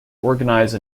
organize